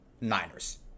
Niners